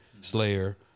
Slayer